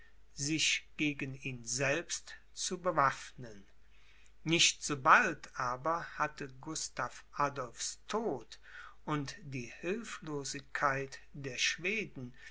sich gegen ihn selbst zu bewaffnen nicht sobald aber hatte gustav adolphs tod und die hilflosigkeit der schweden